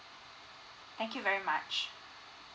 thank you very much